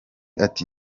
ati